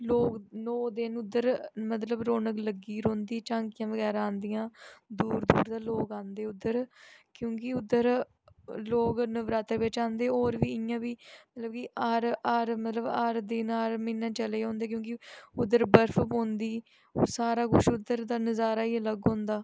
लोक नौ दिन उद्धर मतलब रौनक लग्गी दी रौंह्दी झांकियां बगैरा आंदियां दूर दूर दा लोक आंदे उद्धर क्योंकि उद्धर लोक ननरात्रे बिच्च आंदे होर बी इ'यां बी हर मतलब कि हर हर मतलब हर दिन हर म्हीनै चलै दे होंदे क्योंकि उद्धर बर्फ पौंदी सारा कुछ उद्धर दा नजारा ई अलग होंदा